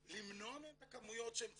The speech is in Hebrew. למנוע מהם את הכמויות שהם צריכים.